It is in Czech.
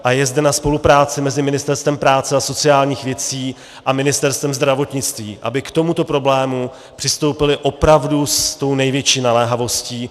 A je zde na spolupráci mezi Ministerstvem práce a sociálních věcí a Ministerstvem zdravotnictví, aby k tomuto problému přistoupila opravdu s tou největší naléhavostí.